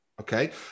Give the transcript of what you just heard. okay